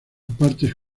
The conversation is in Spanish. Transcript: partes